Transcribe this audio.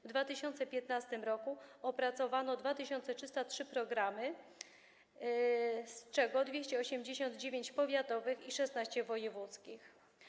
W 2015 r. opracowano 2303 programy, z czego 289 programów powiatowych i 16 wojewódzkich.